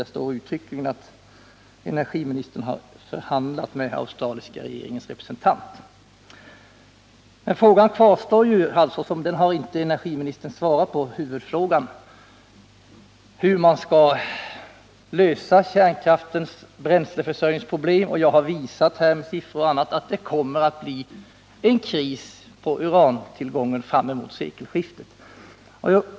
Det är bara att beklaga om tidningen gått ut med felaktiga uppgifter. Men kvar står huvudfrågan — den har energiministern inte svarat på — hur man skall lösa problemen med bränsleförsörjningen till kärnkraftverken. Jag har med siffror och på annat sätt visat att det kommer att bli en kris när det gäller uranförsörjningen fram emot sekelskiftet.